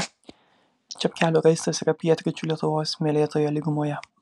čepkelių raistas yra pietryčių lietuvos smėlėtoje lygumoje